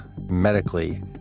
medically